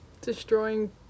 Destroying